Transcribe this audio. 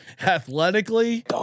athletically